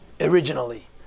originally